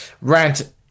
rant